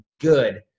good